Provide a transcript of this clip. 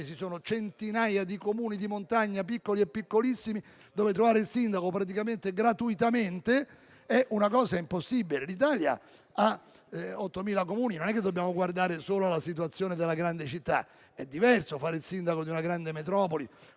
vi sono centinaia di Comuni di montagna, piccoli e piccolissimi, dove trovare il sindaco, praticamente gratuitamente, è impossibile. L'Italia ha 8.000 Comuni. Non dobbiamo guardare solo alla situazione della grande città. È diverso fare il sindaco di una grande metropoli,